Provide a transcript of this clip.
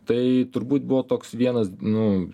tai turbūt buvo toks vienas nu